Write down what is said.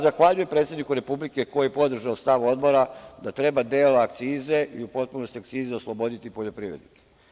Zahvaljujem predsedniku Republike koji je podržao stav Odbora da treba deo akcize ili u potpunosti akcize osloboditi poljoprivrednike.